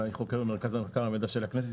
אני חוקר במרכז המחקר והמידע של הכנסת,